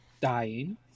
dying